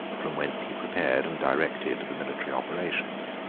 from whence he prepared and directed the military operations.